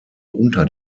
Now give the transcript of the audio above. unter